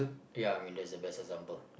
ya I mean that's the best example